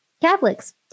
Catholics